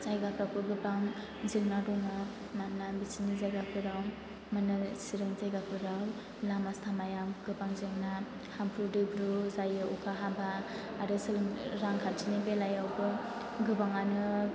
जायगाफोरावबो गोबां जेंना दङ मानोना बिसोरनि जायगाफोराव माने चिरांनि जायगाफोराव लामा सामायाव गोबां जेंना हाब्रु दैब्रु जायो अखा हाबा आरो रांखान्थिनि बेलायावबो गोबाङानो